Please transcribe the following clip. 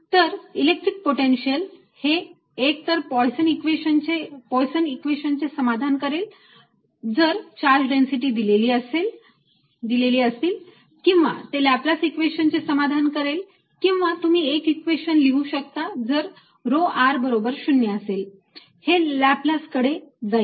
तर electric potential हे एक तर पोयसन इक्वेशनचे समाधान करेल जर चार्ज डेन्सिटी दिलेली असतील किंवा ते लाप्लास इक्वेशनचे समाधान करेल किंवा तुम्ही एक इक्वेशन लिहू शकता जर rho r बरोबर 0 असेल हे लाप्लास इक्वेशन कडे जाईल